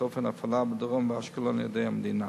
אופן ההפעלה בדרום ובאשקלון על-ידי המדינה.